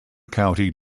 county